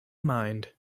mind